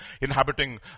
inhabiting